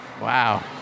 Wow